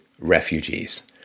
refugees